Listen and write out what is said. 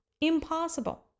Impossible